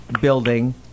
building